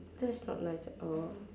that's not nice at all